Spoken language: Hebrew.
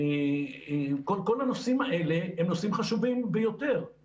כל הנושאים האלה הם נושאים חשובים ויותר,